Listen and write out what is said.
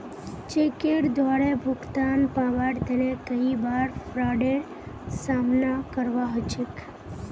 चेकेर द्वारे भुगतान पाबार तने कई बार फ्राडेर सामना करवा ह छेक